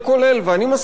ואני מסכים אתו.